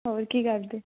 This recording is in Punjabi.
ਹੋਰ ਕੀ ਕਰਦੇ